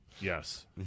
yes